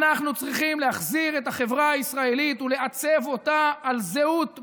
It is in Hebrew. אנחנו צריכים להחזיר את החברה הישראלית ולעצב אותה על זהות ברורה: